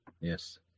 Yes